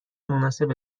مناسب